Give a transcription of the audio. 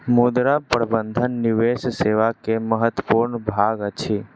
मुद्रा प्रबंधन निवेश सेवा के महत्वपूर्ण भाग अछि